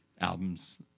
albums